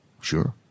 Sure